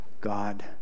God